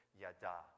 yada